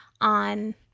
on